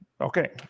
Okay